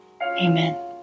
Amen